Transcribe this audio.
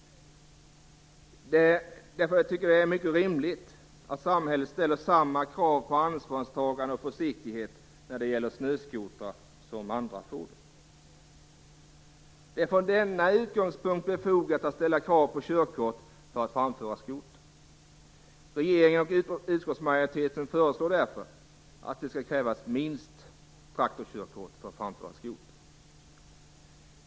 Därför är det högst rimligt att samhället ställer samma krav på snöskotrar som ställs på andra fordon när det gäller ansvarstagande och försiktighet. Från denna utgångspunkt är det befogat att ställa krav på körkort för framförande av skoter. Regeringen och utskottsmajoriteten föreslår därför att det skall krävas minst traktorkörkort för att få framföra skoter.